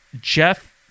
Jeff